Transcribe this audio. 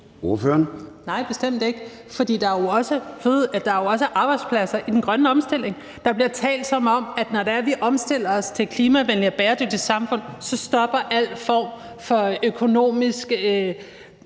(ALT): Nej, bestemt ikke, for der er jo også arbejdspladser i den grønne omstilling. Der bliver talt, som om det er sådan, at når vi omstiller til et klimavenligt og bæredygtigt samfund, stopper al form for økonomisk